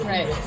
Right